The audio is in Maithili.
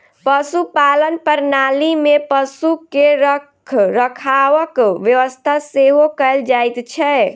पशुपालन प्रणाली मे पशु के रखरखावक व्यवस्था सेहो कयल जाइत छै